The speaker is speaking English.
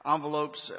Envelopes